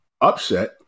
upset